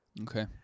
Okay